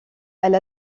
elle